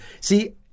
See